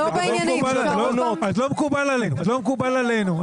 אז לא מקובל עלינו.